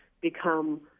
become